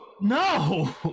no